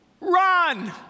run